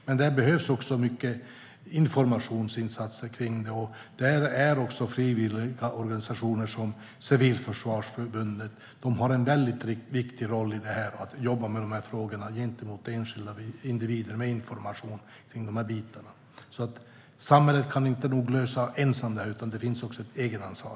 Men det behövs mycket informationsinsatser om det. Frivilliga organisationer, som Civilförsvarsförbundet, har en viktig roll när det gäller att jobba med information om det här till enskilda individer. Samhället kan inte lösa det här på egen hand. Det finns också ett egenansvar.